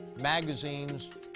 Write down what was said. magazines